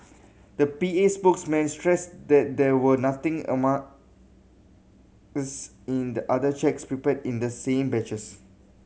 the P A spokesperson stressed that there was nothing in the other cheques prepared in the same batches